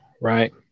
right